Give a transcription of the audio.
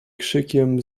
krzykiem